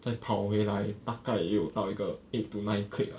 再跑回来大概也有到一个 eight to nine click uh